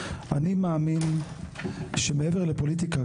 אני מאמין שמעבר לפוליטיקה,